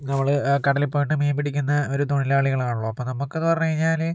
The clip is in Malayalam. നമ്മള് കടലിൽ പോയിട്ട് മീൻ പിടിക്കുന്ന ഒരു തൊഴിലാളികളാണല്ലോ അപ്പം നമ്മക്കന്ന് പറഞ്ഞ് കഴിഞ്ഞാല്